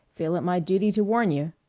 feel it my duty to warn you.